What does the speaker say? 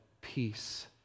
peace